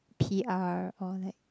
P_R or like